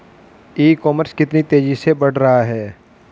ई commerce कितनी तेजी से बढ़ रहा है?